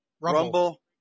Rumble